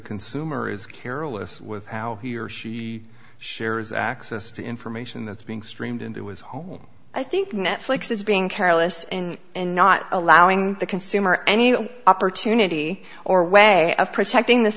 consumer is careless with how he or she shares access to information that's being streamed into his home i think netflix is being careless and not allowing the consumer any opportunity or way of protecting this